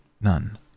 None